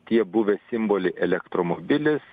tie buvę simboliai elektromobilis